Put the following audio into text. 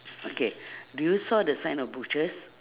okay do you saw the sign of butchers